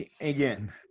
Again